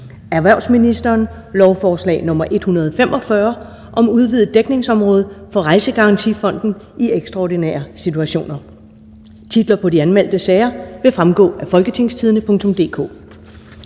rejsegarantifond. (Udvidet dækningsområde for Rejsegarantifonden i ekstraordinære situationer)).